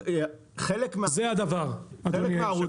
חלק מ --- זה הדבר, אדוני היושב-ראש.